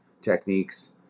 techniques